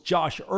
Josh